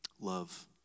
love